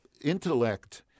intellect